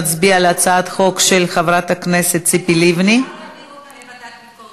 חבר הכנסת עיסאווי פריג' אינו נוכח,